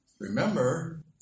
remember